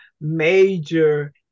major